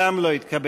גם לא התקבל.